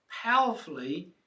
powerfully